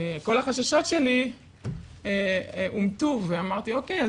כל החששות שלי אומתו ואמרתי אוקיי,